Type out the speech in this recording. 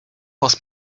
was